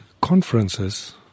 conferences